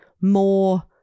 more